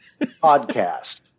Podcast